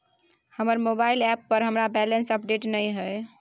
हमर mobile app पर हमरा बैलेंस अपडेट नय हय